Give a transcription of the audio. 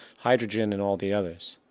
hydrogen and all the others.